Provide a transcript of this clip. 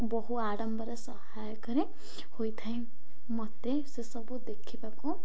ବହୁ ଆଡ଼ମ୍ବର ସହାୟକରେ ହୋଇଥାଏ ମୋତେ ସେସବୁ ଦେଖିବାକୁ